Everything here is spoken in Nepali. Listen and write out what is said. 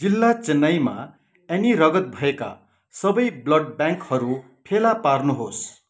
जिल्ला चेन्नाईमा एनी रगत भएका सबै ब्लड ब्याङ्कहरू फेला पार्नुहोस्